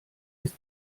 ist